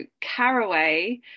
caraway